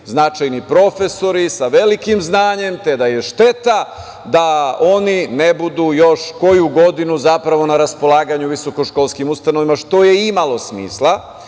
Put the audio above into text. značajni profesori sa velikim znanjem, te da je šteta da oni ne budu još koju godinu zapravo na raspolaganju visokoškolskim ustanovama, što je i imalo smisla